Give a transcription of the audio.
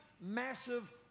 massive